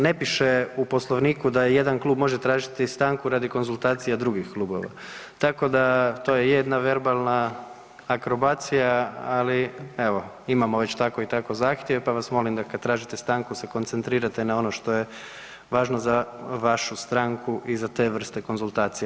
Ne piše u Poslovniku da jedan klub može tražiti stanku radi konzultacija drugih klubova, tako da to je jedna verbalna akrobacija, ali evo, imamo već tako i tako zahtjev, pa vas molim, da kad tražite stanku se koncentrirate na ono što je važno za vašu stranku i za te vrste konzultacija.